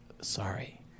Sorry